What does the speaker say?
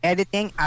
Editing